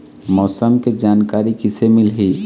मौसम के जानकारी किसे मिलही?